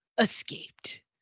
escaped